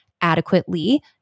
adequately